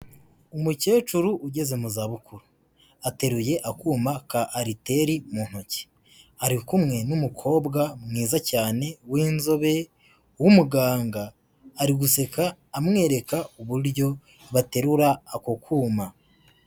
Umukecuru ugeze mu zabukuru, ateruye akuma ka ariteri mu ntoki, ari kumwe n'umukobwa mwiza cyane w'inzobe w'umuganga, ari guseka amwereka uburyo baterura ako kuma.